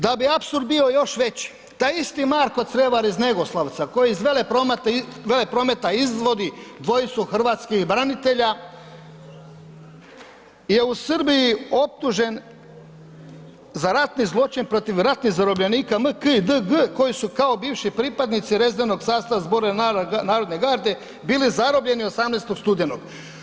Da bi apsurd bio još veći taj isti Marko Crevar iz Negoslavca koji iz Veleprometa izvodi dvojicu hrvatskih branitelja je u Srbiji optužen za ratni zločin protiv ratnih zarobljenika MK i DG koji su kao bivši pripadnici rezervnog sastava Zbora narodne garde bili zarobljeni 18. studenoga.